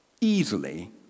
easily